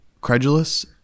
credulous